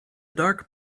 dark